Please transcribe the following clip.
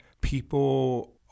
people